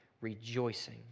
rejoicing